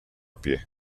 pie